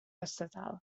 estatal